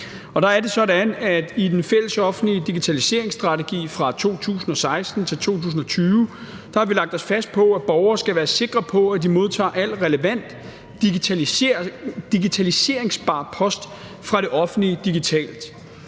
i den fælles offentlige digitaliseringsstrategi fra 2016 til 2020 har vi lagt os fast på, at borgere skal være sikre på, at de modtager al relevant digitaliseringsbar post fra det offentlige digitalt.